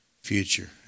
future